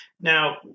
Now